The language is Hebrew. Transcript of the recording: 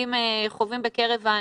חווים בקרב האנשים,